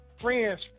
friend's